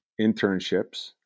internships